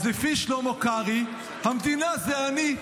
אז לפי שלמה קרעי, "המדינה זה אני".